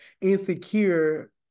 insecure